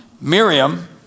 Miriam